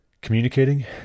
communicating